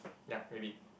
ya maybe